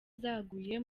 zaguye